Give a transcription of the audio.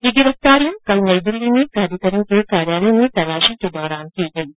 ये गिरफ्तारियां कल नई दिल्ली में प्राधिकरण के कार्यालय में तलाशी के दौरान की गईं